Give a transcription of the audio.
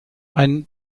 ein